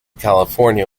california